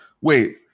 Wait